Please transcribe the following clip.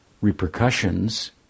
repercussions